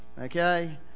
okay